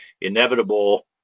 inevitable